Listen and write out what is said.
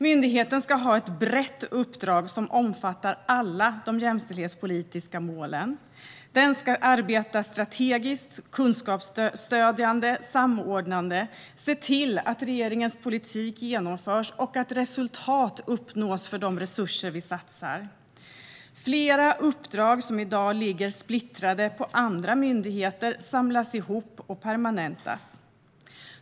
Myndigheten ska ha ett brett uppdrag som omfattar alla de jämställdhetspolitiska målen. Den ska arbeta strategiskt, kunskapsstödjande och samordnande. Den ska se till att regeringens politik genomförs och att resultat uppnås för de resurser som vi satsar. Flera uppdrag som i dag ligger splittrade på andra myndigheter samlas ihop och permanentas.